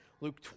Luke